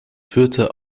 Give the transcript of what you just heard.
führte